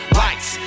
lights